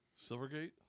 Silvergate